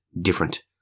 different